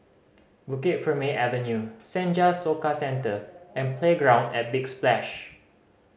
Bukit Purmei Avenue Senja Soka Centre and Playground at Big Splash